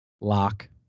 Lock